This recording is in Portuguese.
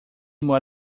mora